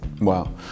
Wow